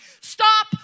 Stop